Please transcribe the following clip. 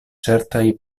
certaj